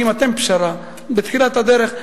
מציעים אתם פשרה בתחילת הדרך,